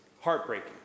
heartbreaking